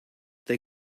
they